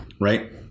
right